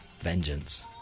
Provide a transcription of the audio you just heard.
Vengeance